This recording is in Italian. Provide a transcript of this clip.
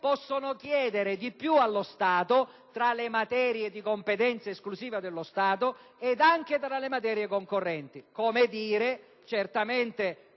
possono chiedere di più allo Stato, tra le materie di competenza esclusiva dello Stato ed anche tra le materie concorrenti. Come dire che, certamente,